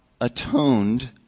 atoned